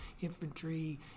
infantry